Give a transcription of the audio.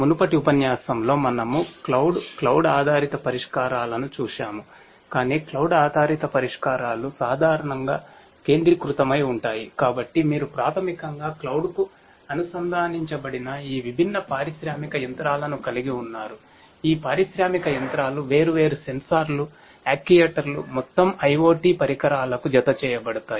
మునుపటి ఉపన్యాసంలో మనము క్లౌడ్ కు అనుసంధానించబడిన ఈ విభిన్న పారిశ్రామిక యంత్రాలను కలిగి ఉన్నారు ఈ పారిశ్రామిక యంత్రాలు వేర్వేరు సెన్సార్లు యాక్యుయేటర్లు మొత్తం IoT పరికరాలకు జతచేయబడతాయి